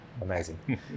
Amazing